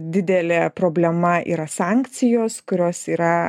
didelė problema yra sankcijos kurios yra